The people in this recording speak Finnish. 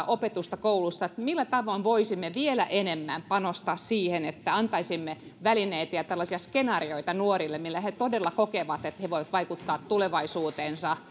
opetusta kouluissa millä tavoin voisimme vielä enemmän panostaa siihen että antaisimme välineitä ja tällaisia skenaarioita nuorille jotta he todella kokevat että he voivat vaikuttaa tulevaisuuteensa